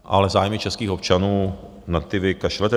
Ale zájmy českých občanů, na ty vy kašlete.